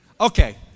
Okay